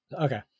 Okay